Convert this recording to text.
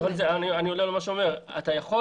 אני עונה על מה שהוא אומר: אתה יכול